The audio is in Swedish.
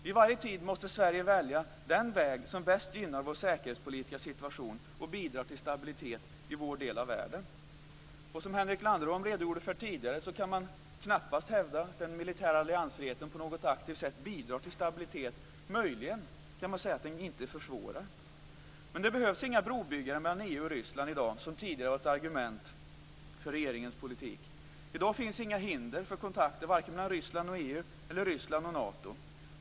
Vid varje tid måste Sverige välja den väg som bäst gynnar vår säkerhetspolitiska situation och bidrar till stabilitet i vår del av världen. Som Henrik Landerholm redogjorde för tidigare kan man knappast hävda att den militära alliansfriheten på något aktivt sätt bidrar till stabilitet. Möjligen kan man säga att den inte försvårar. Det behövs inga brobyggare mellan EU och Ryssland i dag, något som tidigare var ett argument för regeringens politik. I dag finns inga hinder för kontakter, varken mellan Ryssland och EU eller mellan Ryssland och Nato.